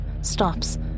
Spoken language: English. stops